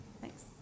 Thanks